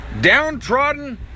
downtrodden